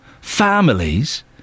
families